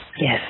Yes